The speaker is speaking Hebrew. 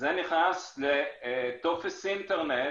וזה נכנס לטופס אינטרנט